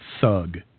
thug